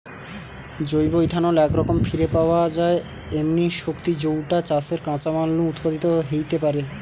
জৈব ইথানল একরকম ফিরে পাওয়া যায় এমনি শক্তি যৌটা চাষের কাঁচামাল নু উৎপাদিত হেইতে পারে